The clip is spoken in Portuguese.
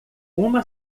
uma